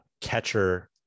Catcher